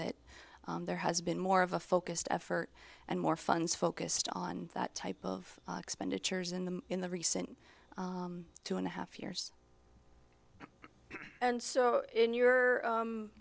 that there has been more of a focused effort and more funds focused on that type of expenditures in the in the recent two and a half years and so in your